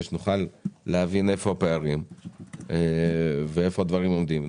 שנוכל להבין איפה הפערים ואיפה הדברים עומדים.